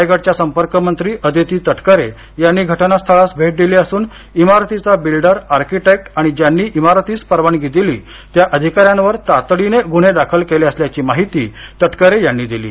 रायगडच्या संपर्कमंत्री अदिती तटकरे यांनी घटनास्थळास भेट दिली असून इमारतीचा बिल्डर आकीर्टेक आणि ज्यांनी इमारतीस परवानगी दिली त्या अधिकाऱ्यांवर तातडीने गुन्हे दाखल केले असल्याची माहिती तटकरे यांनी दिली